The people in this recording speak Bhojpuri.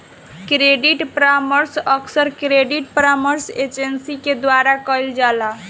क्रेडिट परामर्श अक्सर क्रेडिट परामर्श एजेंसी के द्वारा कईल जाला